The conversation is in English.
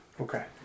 Okay